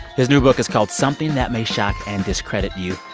his new book is called something that may shock and discredit you.